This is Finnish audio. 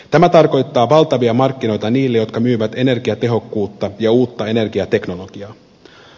tämä tarkoittaa valtavia markkinoita niille jotka myyvät energiatehokkuutta ja uutta energiateknologiaa